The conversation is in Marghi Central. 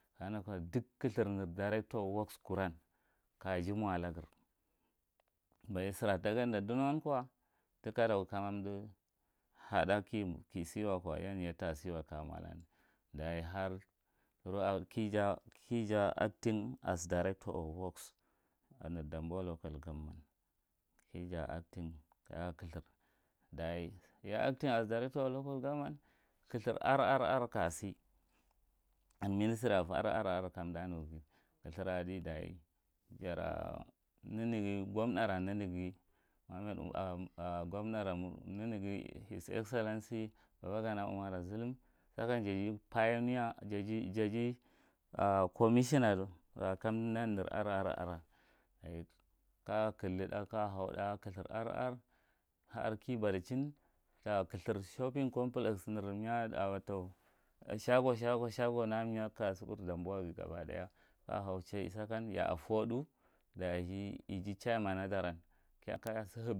Ka neghi nan duk kthur ne director of works kuvan kjage mo alagir maja sira ta ganda donowan ko tika daku kaya umdi hada kisi wako yadi tasiwe kaja mo alagir dage har kija acting as a director of works. Dambon locl government kija acting kaya a clthur, daji ya acting as director locl government clthur, rrr ka sir ministry of rrr kamda neghi clth’ur adi dachi gomna ra nene his excellency baba gana umara zullum sakan jaji jaji commissioner kandi nan ne rrr ka cllid ka haut ha a clthur rrr har kibadichin ta clthur shopping complex nir shaga, shaga shago na a ka a kasugu damboa gab day aka ahau cha sakan yaa doudil iji chairman nadaran